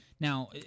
Now